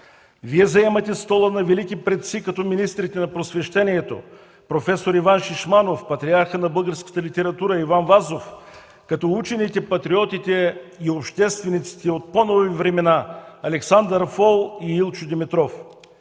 Вие заемате стола на велики предци, като министрите на Просвещението професор Иван Шишманов, патриарха на българската литература Иван Вазов, като учените, патриотите и обществениците от по нови времена Александър Фол и Илчо Димитров.